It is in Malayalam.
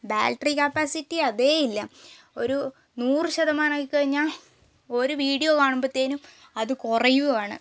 ബാറ്ററി കപ്പാസിറ്റി അതേയില്ല ഒരു നൂറ് ശതമാനം ആയിക്കഴിഞ്ഞാൽ ഒരു വീഡിയോ കാണുമ്പോഴത്തേക്കും അതു കുറയുകയാണ്